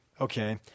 Okay